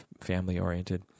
family-oriented